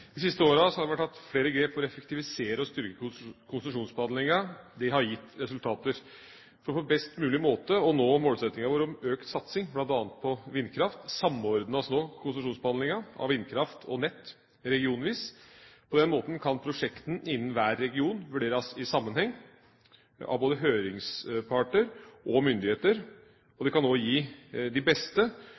De siste årene har det vært tatt flere grep for å effektivisere og styrke konsesjonsbehandlinga, og det har gitt resultater. For på best mulig måte å nå målsettinga vår om økt satsing, bl.a. på vindkraft, samordnes nå konsesjonsbehandlinga av vindkraft og nett regionvis. På den måten kan prosjektene innen hver region vurderes i sammenheng av både høringsparter og myndigheter, og de beste og